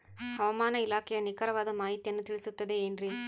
ಹವಮಾನ ಇಲಾಖೆಯ ನಿಖರವಾದ ಮಾಹಿತಿಯನ್ನ ತಿಳಿಸುತ್ತದೆ ಎನ್ರಿ?